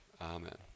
amen